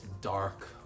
dark